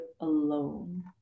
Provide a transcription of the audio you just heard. alone